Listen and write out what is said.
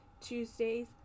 Tuesdays